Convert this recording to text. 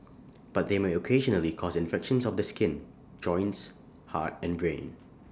but they may occasionally cause infections of the skin joints heart and brain